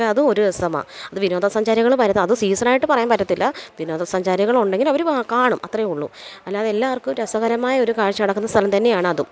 അതും ഒരു രസമാണ് അത് വിനോദസഞ്ചാരികള് വരുന്നേ അത് സീസണായിട്ട് പറയാന് പറ്റത്തില്ല വിനോദ സഞ്ചാരികള് ഉണ്ടെങ്കില് അവര് കാണും അത്രയേ ഊള്ളൂ അല്ലാതെ എല്ലാവര്ക്കും രസകരമായ ഒരു കാഴ്ച നടക്കുന്ന സ്ഥലം തന്നെയാണ് അതും